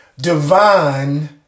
Divine